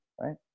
right